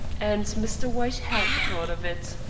and mr. white had thought of it.